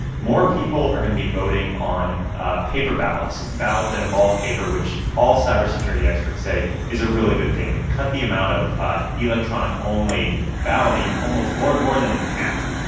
more people are going to be voting on ah paper ballots, ballots that involve paper, which all cybersecurity experts say is a really good thing. we've cut the amount of ah electronic-only balloting almost more and more than in half.